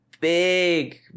big